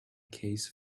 case